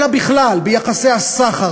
אלא בכלל ביחסי הסחר,